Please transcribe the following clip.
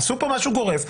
עשו פה משהו גורף.